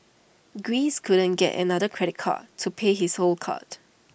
Greece couldn't get another credit card to pay his old cards